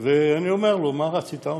ואני אומר לו: מה רצית?